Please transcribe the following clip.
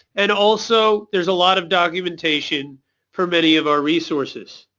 and also there's a lot of documentation for many of our resources.